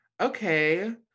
okay